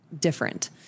different